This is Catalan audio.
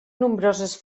nombroses